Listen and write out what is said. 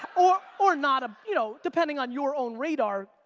or! or not a you know, depending on your own radar,